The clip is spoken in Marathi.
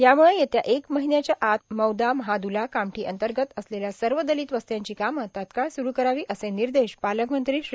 यामुळं येत्या एक महिन्याच्या आत मौदा महादुला कामठी अंतर्गत असलेल्या सर्व दलित वस्त्यांची कामं तत्काळ सुरु करावी असे निर्देश पालकमंत्री श्री